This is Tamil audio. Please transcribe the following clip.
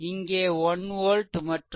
இங்கே 1 volt மற்றும் i0 16